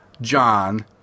John